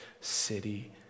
city